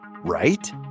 right